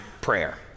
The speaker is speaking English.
prayer